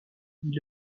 dit